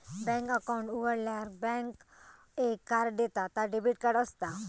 bank account उघाडल्यार bank एक card देता ता डेबिट कार्ड असता